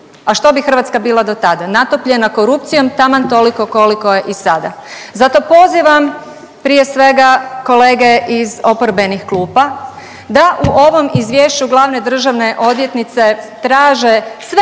A što bi Hrvatska bila do tada? Natopljena korupcijom taman toliko koliko je i sada. Zato pozivam prije svega kolege iz oporbenih klupa da u ovom Izvješću glavne državne odvjetnice traže sve